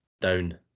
down